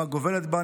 או הגובלות בה,